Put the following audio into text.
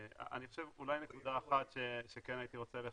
אולי שתי נקודות שהייתי רוצה לחדד.